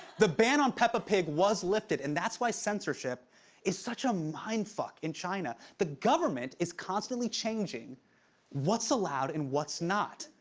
the ban on peppa pig was lifted and that's why censorship is such a mind fuck in china. the government is constantly changing what's allowed and what's not.